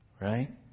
Right